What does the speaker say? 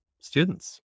students